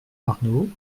arnaud